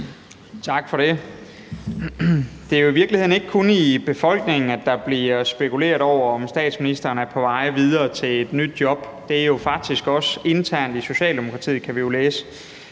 Tak for det. Det er jo i virkeligheden ikke kun i befolkningen, der bliver spekuleret over, om statsministeren er på vej videre til et nyt job, men det er jo faktisk også internt i Socialdemokratiet, kan vi læse.